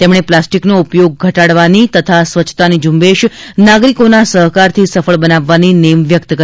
તેમણે પ્લાસ્ટીકનો ઉપયોગ ઘટાડવાની તથા સ્વચ્છતાની ઝુંબેશ નાગરીકોના સહકારથી સફળ બનાવવાની નેમત વ્યક્ત કરી હતી